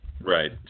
right